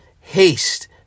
haste